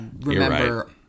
remember